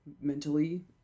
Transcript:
mentally